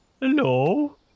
hello